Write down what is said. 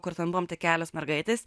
kur ten buvom tik kelios mergaitės